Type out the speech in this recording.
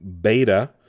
beta